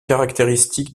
caractéristique